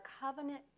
covenant